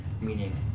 meaning